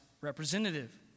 representative